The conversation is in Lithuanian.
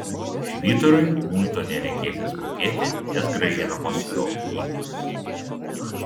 švyturiui muito nereikėsią mokėti nes grąžinamos jo knygos